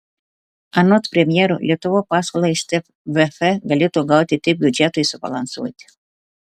anot premjero lietuva paskolą iš tvf galėtų gauti tik biudžetui subalansuoti